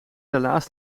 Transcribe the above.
helaas